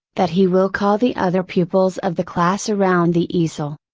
that he will call the other pupils of the class around the easel.